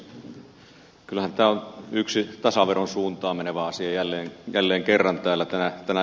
kyllähän tämä on yksi tasaveron suuntaan menevä asia jälleen kerran täällä tänä iltana